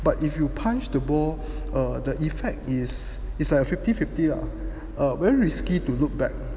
but if you punch the ball err the effect is it's like a fifty fifty lah err very risky to loop back